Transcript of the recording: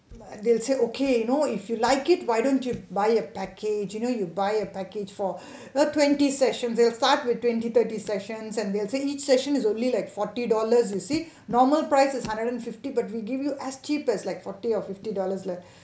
they'll say okay you know if you like it why don't you buy a package you know you buy a package for you know twenty sessions they will start with twenty thirty sessions and they will say each session is only like forty dollars you see normal price is hundred and fifty but we give you as cheap as like forty or fifty dollars leh